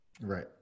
right